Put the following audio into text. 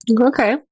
okay